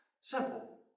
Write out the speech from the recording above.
Simple